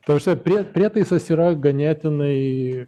ta prasme prie prietaisas yra ganėtinai